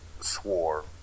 swore